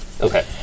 Okay